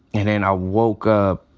and then i woke up,